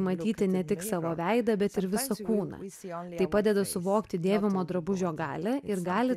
matyti ne tik savo veidą bet ir visą kūną tai padeda suvokti dėviamo drabužio galią ir gali